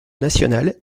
national